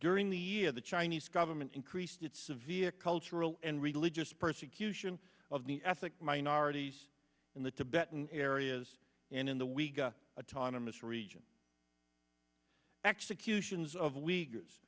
during the year the chinese government increased its via cultural and religious persecution of the ethnic minorities in the tibetan areas and in the we got autonomy as a region executions of leaguers